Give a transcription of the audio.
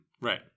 right